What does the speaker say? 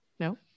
no